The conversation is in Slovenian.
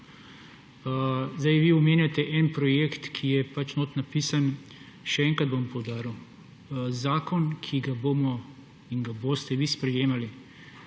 Sedaj vi omenjate en projekt, ki je pač notri napisan, še enkrat bom poudaril. Zakon, ki ga bomo in ga boste vi sprejemali,